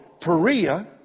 Perea